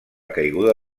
caiguda